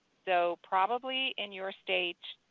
so probably in your state